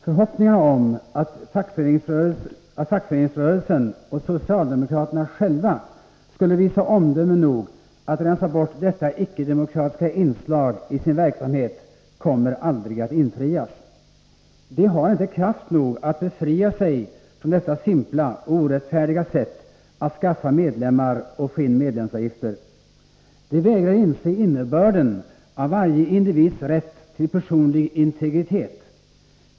Förhoppningarna om att fackföreningsrörelsen och socialdemokraterna själva skulle visa omdöme nog att rensa bort detta icke-demokratiska inslag i sin verksamhet kommer aldrig att infrias. De har inte kraft nog att befria sig från detta simpla och orättfärdiga sätt att skaffa medlemmar och få in medlemsavgifter. De vägrar inse innebörden av varje individs rätt till personlig integritet.